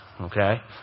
Okay